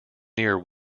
near